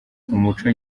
umuco